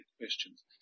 questions